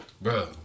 bro